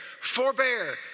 forbear